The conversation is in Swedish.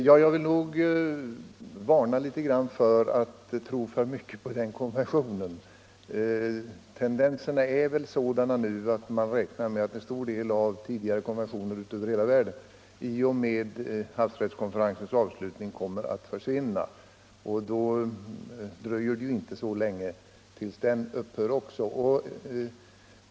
Herr talman! Jag vill varna för att tro för mycket på den konventionen. Tendenserna är nu sådana att man räknar med att en stor del av de tidigare konventionerna över hela världen kommer att försvinna i och med havsrättskonferensens avslutning. I så fall dröjer det inte så länge förrän även denna konvention upphör att gälla.